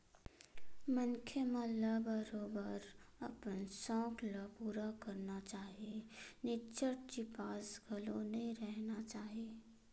मनखे मन ल बरोबर अपन सउख ल पुरा करना चाही निच्चट चिपास घलो नइ रहिना चाही